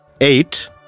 eight